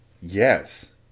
Yes